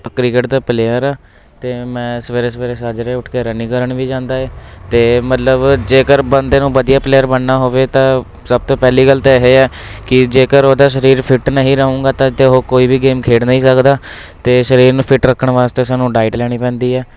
cricket ਦਾ player ਹਾਂ ਅਤੇ ਮੈਂ ਸਵੇਰੇ ਸਵੇਰੇ ਸਾਝਰੇ ਉੱਠ ਕੇ ਰਨਿੰਗ ਕਰਨ ਵੀ ਜਾਂਦਾ ਏ ਅਤੇ ਮਤਲਬ ਜੇਕਰ ਬੰਦੇ ਨੂੰ ਵਧੀਆ ਪਲੇਅਰ ਬਣਨਾ ਹੋਵੇ ਤਾਂ ਸਭ ਤੋਂ ਪਹਿਲੀ ਗੱਲ ਤਾਂ ਇਹ ਹੈ ਕਿ ਜੇਕਰ ਉਹਦਾ ਸਰੀਰ ਫਿਟ ਨਹੀਂ ਰਹੂੰਗਾ ਤਾਂ ਤਾਂ ਉਹ ਕੋਈ ਵੀ ਗੇਮ ਖੇਡ ਨਹੀਂ ਸਕਦਾ ਅਤੇ ਸਰੀਰ ਨੂੰ ਫਿੱਟ ਰੱਖਣ ਵਾਸਤੇ ਸਾਨੂੰ ਡਾਇਟ ਲੈਣੀ ਪੈਂਦੀ ਹੈ